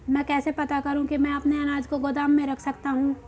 मैं कैसे पता करूँ कि मैं अपने अनाज को गोदाम में रख सकता हूँ?